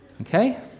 Okay